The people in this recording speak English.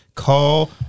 Call